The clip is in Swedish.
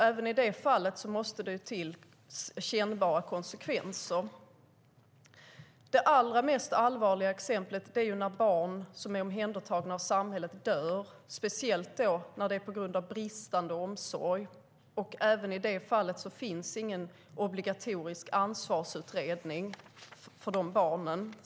Även i det fallet måste det till kännbara konsekvenser. Det mest allvarliga exemplet är när barn som är omhändertagna av samhället dör, speciellt på grund av bristande omsorg. Inte heller i det fallet finns det någon obligatorisk ansvarsutredning för de barnen.